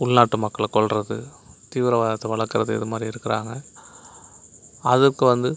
உள்நாட்டு மக்களை கொல்வது தீவிரவாதத்தை வளர்க்குறது இது மாதிரி இருக்கிறாங்க அதுக்கு வந்து